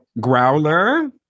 growler